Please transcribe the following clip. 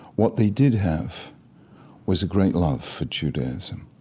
what they did have was a great love for judaism.